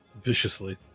viciously